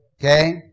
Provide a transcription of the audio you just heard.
Okay